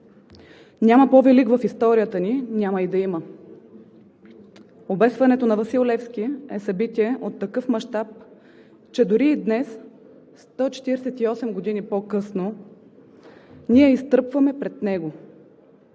Няма по-велик в историята ни, няма и да има. Обесването на Васил Левски е събитие от такъв мащаб, че дори и днес – 148 години по-късно, ние изтръпваме пред него.